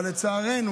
אבל לצערנו,